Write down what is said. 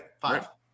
five